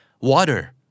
water